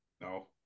No